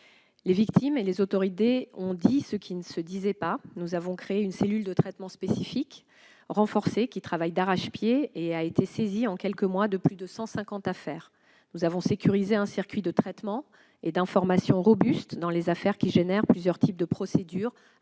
Les victimes et les autorités ont dit ce qui ne se disait pas : nous avons créé une cellule de traitement spécifique renforcée qui travaille d'arrache-pied et a été saisie en quelques mois de plus de 150 affaires. Nous avons sécurisé un circuit de traitement et d'information robuste dans les affaires qui font l'objet de plusieurs types de procédures